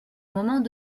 moment